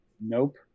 Nope